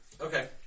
Okay